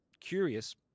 curious